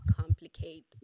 complicate